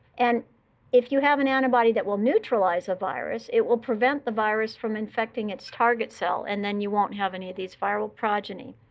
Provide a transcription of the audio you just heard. and if you have an antibody that will neutralize the ah virus, it will prevent the virus from infecting its target cell. and then you won't have any of these viral progeny.